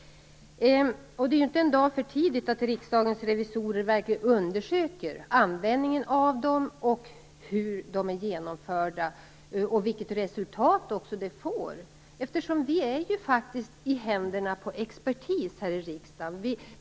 Det är inte en dag för tidigt att Riksdagens revisorer verkligen undersöker användningen av konsekvensanalyser, hur de är genomförda och vilka resultat de fått. Vi här i riksdagen är ju faktiskt i händerna på expertis.